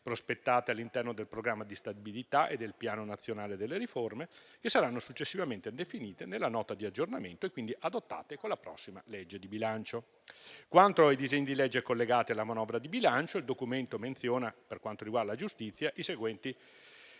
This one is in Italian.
prospettate all'interno del Programma di stabilità e del Piano nazionale delle riforme, che saranno successivamente definite nella Nota di aggiornamento e quindi adottate con la prossima legge di bilancio. Quanto ai disegni di legge collegati alla manovra di bilancio, il Documento menziona, per quanto riguarda la giustizia, i seguenti